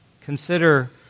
consider